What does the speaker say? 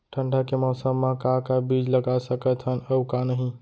ठंडा के मौसम मा का का बीज लगा सकत हन अऊ का नही?